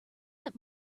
that